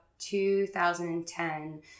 2010